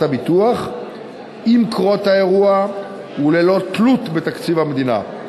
הביטוח עם קרות האירוע וללא תלות בתקציב המדינה.